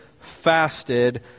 fasted